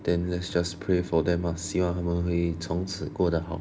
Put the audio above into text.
then let's just pray for them ah 希望他们会从此过得好